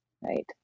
right